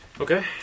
Okay